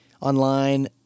online